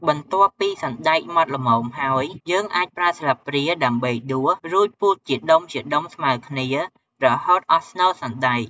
បន្ទាប់ពីសណ្ដែកម៉ដ្ឋល្មមហើយ យើងអាចប្រើស្លាបព្រាដើម្បីដួស រួចពូតជាដុំៗស្មើគ្នា រហូតអស់ស្នូលសណ្ដែក។